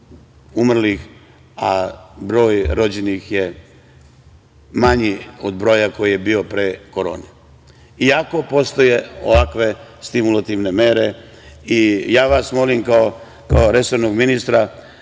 umrlih, a broj rođenih je manji od broja koji je bio pre korone. Iako postoje ovakve stimulativne mere, ja vas molim kao resornog ministra,